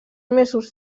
mesos